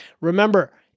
Remember